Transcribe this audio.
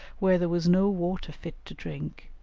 where there was no water fit to drink,